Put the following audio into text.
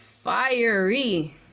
fiery